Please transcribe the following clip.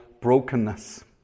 brokenness